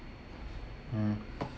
mm